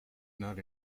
not